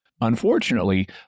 Unfortunately